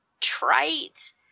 trite